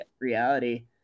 reality